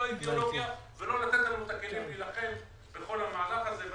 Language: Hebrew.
אידיאולוגיה או לתת לנו את הכלים להילחם בכל המהלך הזה.